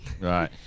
right